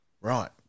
Right